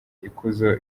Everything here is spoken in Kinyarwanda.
ikuzo